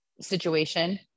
situation